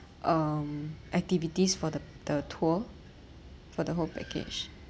um activities for the the tour for the whole package